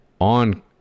on